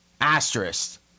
Asterisk